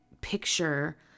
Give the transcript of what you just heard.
picture